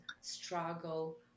struggle